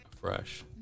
fresh